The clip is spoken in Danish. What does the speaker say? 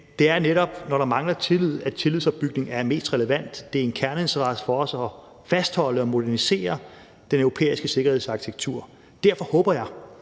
det er netop, når der mangler tillid, at tillidsopbygning er mest relevant. Det er en kerneintersse for os at fastholde og modernisere den europæiske sikkerhedsarkitektur. Derfor håber jeg,